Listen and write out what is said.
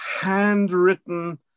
handwritten